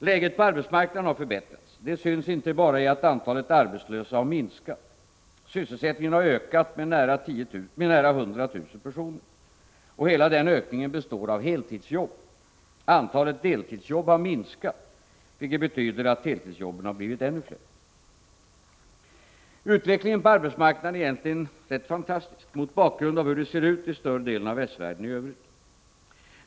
Läget på arbetsmarknaden har förbättrats. Det syns inte bara i att antalet arbetslösa har minskat. Sysselsättningen har ökat med nära 100 000 personer. Och hela denna ökning består av heltidsjobb. Antalet deltidsjobb har minskat, vilket betyder att heltidsjobben blivit ännu fler. Utvecklingen på arbetsmarknaden är egentligen rätt fantastisk, mot bakgrund av hur det ser ut i större delen av västvärlden i övrigt.